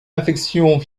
infections